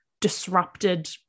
disrupted